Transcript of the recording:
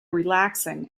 relaxing